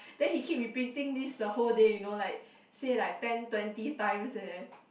then he keep repeating this the whole day you know like say like ten twenty times eh